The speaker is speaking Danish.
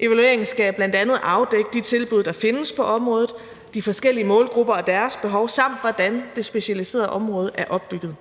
Evalueringen skal bl.a. afdække de tilbud, der findes på området, de forskellige målgrupper og deres behov, samt hvordan det specialiserede område er opbygget.